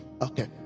okay